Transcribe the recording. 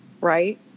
Right